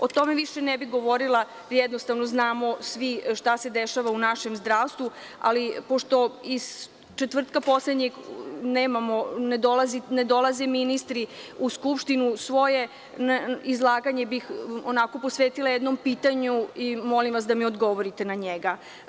O tome više ne bih govorila, jednostavno znamo svi šta se dešava u našem zdravstvu, ali pošto poslednjeg četvrtka ne dolaze ministri u Skupštinu, svoje izlaganje bih posvetila jednom pitanju i molim vas da mi odgovorite na njega.